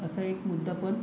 असा एक मुद्दा पण